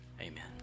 Amen